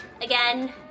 Again